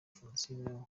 francine